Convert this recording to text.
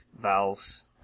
valves